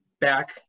back